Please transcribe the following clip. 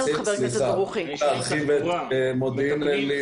צריכים להרחיב את מודיעין עילית.